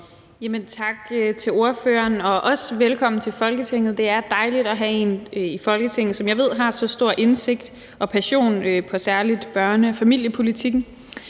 Tak til ordføreren, og også velkommen til Folketinget. Det er dejligt at have en i Folketinget, som jeg ved har så stor indsigt i og passion for særlig børne- og familiepolitikken.